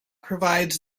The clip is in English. provides